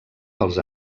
pels